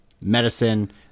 medicine